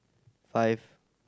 five